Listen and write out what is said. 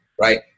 right